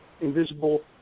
invisible